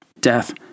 Death